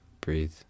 breathe